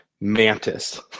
Mantis